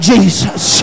Jesus